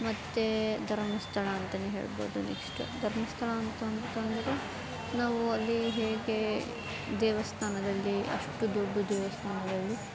ಮತ್ತು ಧರ್ಮಸ್ಥಳ ಅಂತಲೇಹೇಳ್ಬೋದು ನೆಕ್ಶ್ಟು ಧರ್ಮಸ್ಥಳ ಅಂತ ಅಂತಂದ್ರೆ ನಾವು ಅಲ್ಲಿ ಹೇಗೆ ದೇವಸ್ಥಾನದಲ್ಲಿ ಅಷ್ಟು ದೊಡ್ಡ ದೇವಸ್ಥಾನದಲ್ಲಿ